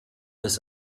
des